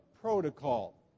protocol